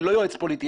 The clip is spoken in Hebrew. אני לא יועץ פוליטי.